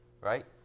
right